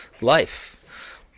life